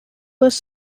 was